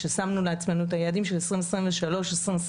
כששמנו לעצמנו את היעדים 2023 ו-2024,